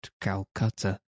Calcutta